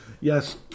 yes